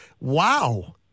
wow